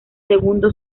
segundo